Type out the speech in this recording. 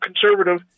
conservative